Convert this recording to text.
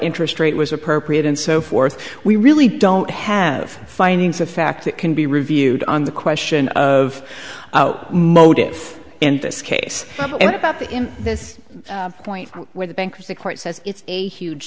interest rate was appropriate and so forth we really don't have findings of fact that can be reviewed on the question of motive in this case and about that in this point where the bankruptcy court says it's a huge